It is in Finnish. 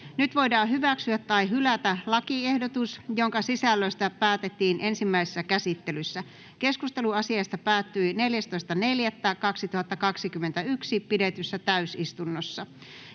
Nyt voidaan hyväksyä tai hylätä lakiehdotus, jonka sisällöstä päätettiin ensimmäisessä käsittelyssä. Keskustelu asiasta päättyi 14.4.2021 pidetyssä täysistunnossa